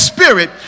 Spirit